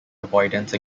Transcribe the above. avoidance